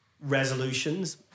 resolutions